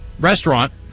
restaurant